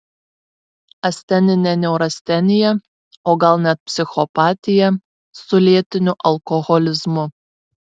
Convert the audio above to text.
asteninė neurastenija o gal net psichopatija su lėtiniu alkoholizmu